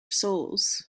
souls